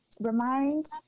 remind